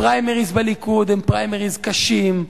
הפריימריז בליכוד הם פריימריז קשים,